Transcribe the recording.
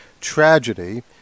tragedy